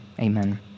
Amen